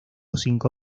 cinco